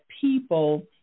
people